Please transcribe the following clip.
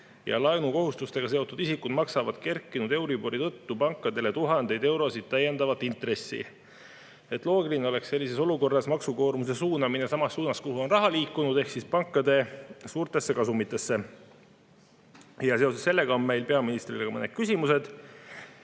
laenukohustusega seotud isikud pankadele tuhandeid eurosid täiendavat intressi. Loogiline oleks sellises olukorras maksukoormuse suunamine samas suunas, kuhu on liikunud raha – pankade suurtesse kasumitesse. Seoses sellega on meil peaministrile mõned küsimused.